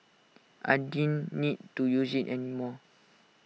I didn't need to use IT anymore